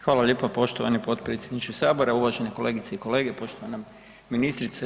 Hvala lijepa poštovani podpredsjedniče Sabora, uvažene kolegice i kolege, poštovana ministrice.